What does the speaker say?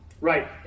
Right